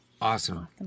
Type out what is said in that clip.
Awesome